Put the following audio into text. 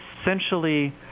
essentially